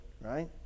right